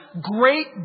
great